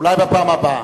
אולי בפעם הבאה.